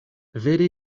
vere